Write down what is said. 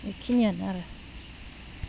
बेखिनियानो आरो